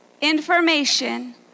Information